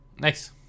nice